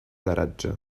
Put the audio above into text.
garatge